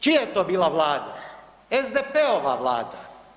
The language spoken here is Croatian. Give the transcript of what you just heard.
Čija je to bila vlada, SDP-ova vlada?